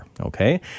Okay